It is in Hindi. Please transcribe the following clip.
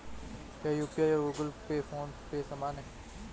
क्या यू.पी.आई और गूगल पे फोन पे समान हैं?